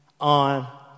on